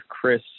Chris